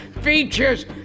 features